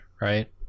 right